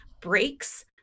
breaks